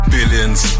Billions